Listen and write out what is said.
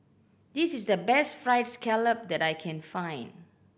this is the best Fried Scallop that I can find